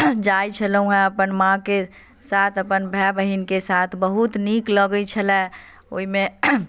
जाय छलहुॅं हँ अपन माँ के साथ अपन भाय बहिन के साथ बहुत नीक लगै छलय ओहिमे